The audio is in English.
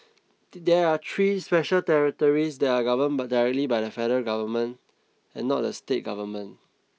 there are three special territories that are governed by directly by the federal government and not the state government